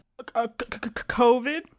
covid